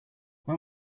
when